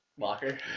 Locker